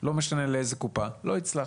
לא משנה לאיזו קופה פניתי.